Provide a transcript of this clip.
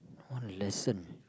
one lesson